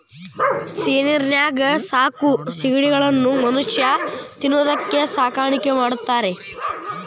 ಸಿಹಿನೇರಿನ್ಯಾಗ ಸಾಕೋ ಸಿಗಡಿಗಳನ್ನ ಮನುಷ್ಯ ತಿನ್ನೋದಕ್ಕ ಸಾಕಾಣಿಕೆ ಮಾಡ್ತಾರಾ